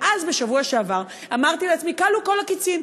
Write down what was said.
ואז, בשבוע שעבר, אמרתי לעצמי: כלו כל הקצים.